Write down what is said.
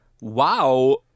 Wow